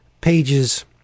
pages